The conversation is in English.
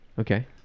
Okay